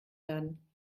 werden